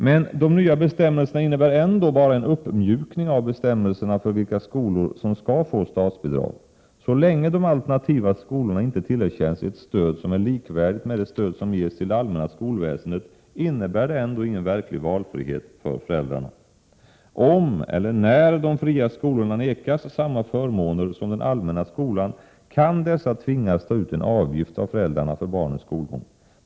Men de nya bestämmelserna innebär ändå bara en uppmjukning av bestämmelserna för vilka skolor som skall få statsbidrag. Så länge de alternativa skolorna inte tillerkänns ett stöd som är likvärdigt med det stöd som ges till det allmänna skolväsendet innebär det ändå ingen verklig valfrihet för föräldrarna. Om eller när de fria skolorna nekas samma förmåner som den allmänna skolan kan dessa tvingas ta ut en avgift av föräldrarna för barnens skolgång.